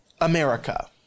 America